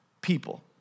people